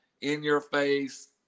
in-your-face